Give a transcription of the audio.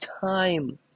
time